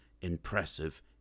impressive